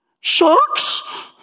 Sharks